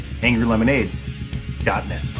angrylemonade.net